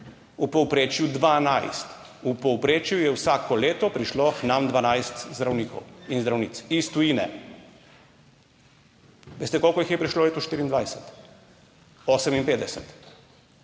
v povprečju 12, v povprečju je vsako leto prišlo k nam 12 zdravnikov in zdravnic iz tujine. Veste, koliko jih je prišlo, je to 2024? 58.